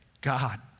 God